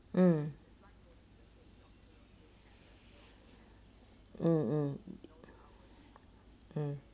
mm